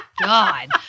God